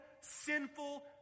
sinful